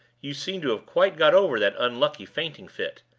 you seem to have quite got over that unlucky fainting fit.